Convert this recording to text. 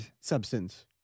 Substance